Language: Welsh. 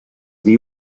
ddi